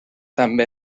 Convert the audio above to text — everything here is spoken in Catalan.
també